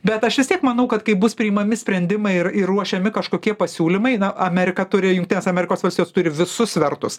bet aš vis tiek manau kad kaip bus priimami sprendimai ir ir ruošiami kažkokie pasiūlymai na amerika turi jungtinės amerikos valstijos turi visus svertus